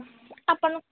ଆପଣ